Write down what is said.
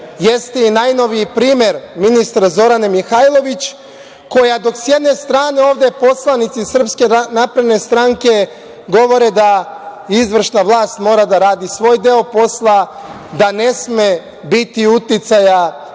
jeste i najnoviji primer ministra Zorane Mihajlović, koja dok sa jedne strane ovde poslanici SNS govore da izvršna vlast mora da radi svoj deo posla, da ne sme biti uticaja